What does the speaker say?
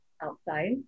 outside